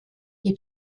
die